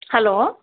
hello